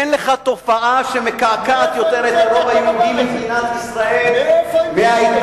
אין לך תופעה שמקעקעת יותר את הרוב היהודי במדינת ישראל מההתנחלויות.